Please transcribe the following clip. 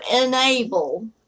enable